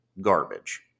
Garbage